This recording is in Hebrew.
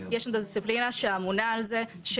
יש שם דיסציפלינה שאמונה על זה.